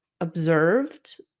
observed